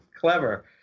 clever